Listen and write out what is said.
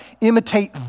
Imitate